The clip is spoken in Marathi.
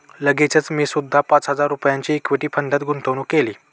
लगेचच मी सुद्धा पाच हजार रुपयांची इक्विटी फंडात गुंतवणूक केली